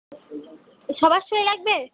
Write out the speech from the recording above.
সবার সই লাগবে